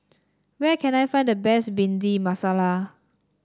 where can I find the best Bhindi Masala